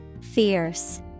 Fierce